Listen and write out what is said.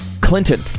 clinton